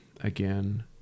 again